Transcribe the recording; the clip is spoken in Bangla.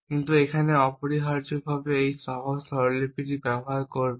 কিন্তু এখানে অপরিহার্যভাবে এই সহজ স্বরলিপি ব্যবহার করবে